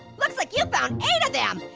looks like you found eight of them.